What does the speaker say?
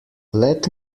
let